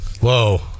whoa